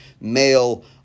male